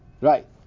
right